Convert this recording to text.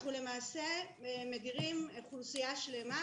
אנחנו מדירים אוכלוסייה שלמה